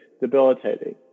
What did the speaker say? debilitating